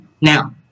now